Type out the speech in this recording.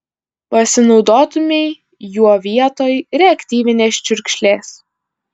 pasinaudotumei juo vietoj reaktyvinės čiurkšlės